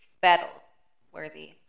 battle-worthy